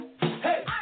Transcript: hey